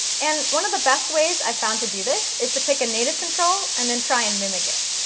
and one of the best ways i've found to do this is to pick a native control and then try and mimic it.